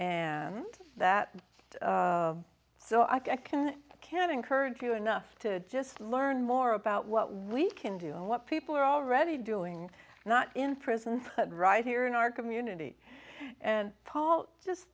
and that so i can can encourage you enough to just learn more about what we can do and what people are already doing not in prison but right here in our community and paul just